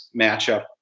matchup